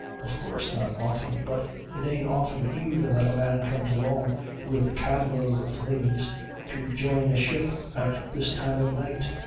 of course not often. but it ain't often either that a man comes along with a cabload of things to join a ship at this time of night.